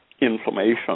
Inflammation